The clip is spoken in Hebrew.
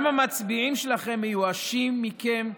גם המצביעים שלכם מיואשים, מכם,